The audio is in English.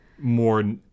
more